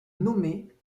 nommée